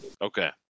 Okay